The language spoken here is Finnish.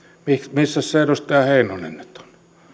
missäs se edustaja heinonen nyt on